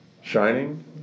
Shining